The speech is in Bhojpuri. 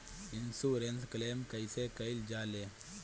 इन्शुरन्स क्लेम कइसे कइल जा ले?